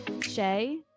Shay